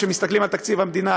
כשמסתכלים על תקציב המדינה,